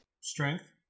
Strength